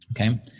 Okay